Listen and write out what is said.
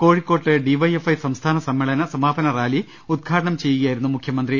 കോഴിക്കോട്ട് ഡിവൈഎഫ്ഐ സംസ്ഥാന് സമ്മേളന സമാപന റാലി ഉദ്ഘാടനം ചെയ്യുകയായിരുന്നു മുഖ്യമന്ത്രി